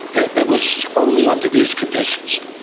it it was only under these conditions,